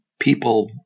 people